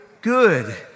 good